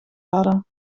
hadden